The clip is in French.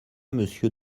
monsieur